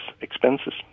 expenses